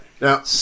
now